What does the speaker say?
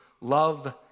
love